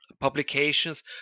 publications